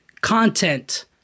content